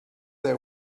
they